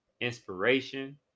inspiration